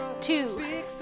two